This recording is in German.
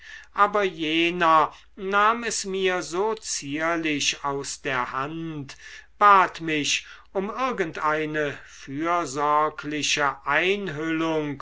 aber jener nahm es mir so zierlich aus der hand bat mich um irgendeine fürsorgliche einhüllung